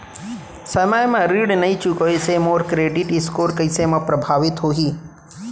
समय म ऋण नई चुकोय से मोर क्रेडिट स्कोर कइसे म प्रभावित होही?